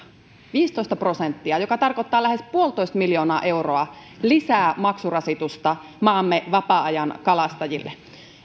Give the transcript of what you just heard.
viisitoista prosenttia joka tarkoittaa lähes yksi pilkku viisi miljoonaa euroa lisää maksurasitusta maamme vapaa ajankalastajille